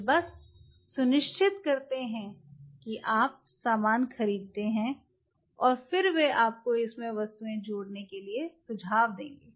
वे बस सुनिश्चित करते हैं कि आप सामान खरीदते हैं और फिर वे आपको इसमें वस्तुएँ जोड़ने के लिए कहेंगे